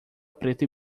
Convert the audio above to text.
preta